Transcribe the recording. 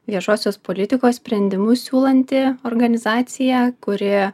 viešosios politikos sprendimus siūlanti organizacija kuri